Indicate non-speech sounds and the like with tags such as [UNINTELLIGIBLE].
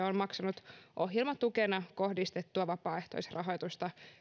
[UNINTELLIGIBLE] on maksanut ohjelmatukena kohdistettua vapaaehtoisrahoitusta